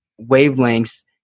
wavelengths